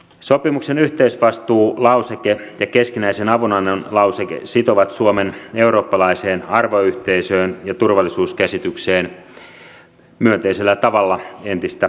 sopimuksen yhteisvastuulauseke ja keskinäisen avunannon lauseke sitovat suomen eurooppalaiseen arvoyhteisöön ja turvallisuuskäsitykseen myönteisellä tavalla entistä tiukemmin